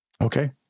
okay